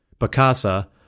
Bacasa